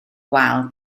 wal